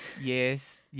Yes